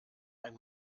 ein